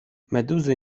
meduzy